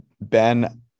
Ben